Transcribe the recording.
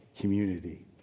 community